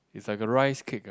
is like a rice cake ah